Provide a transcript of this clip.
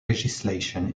legislation